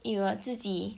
it will 自己